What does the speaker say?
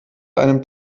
einem